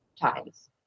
times